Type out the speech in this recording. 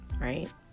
right